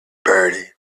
bertie